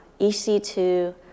EC2